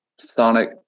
sonic